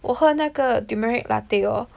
我喝那个 tumeric latte hor